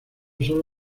solo